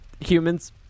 Humans